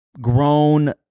grown